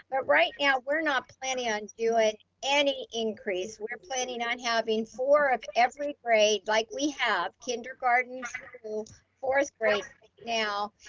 but right now we're not planning on doing any increase. we're planning on having four of every grade. like we have kindergarten fourth grade now,